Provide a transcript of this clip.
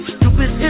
Stupid